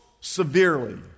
severely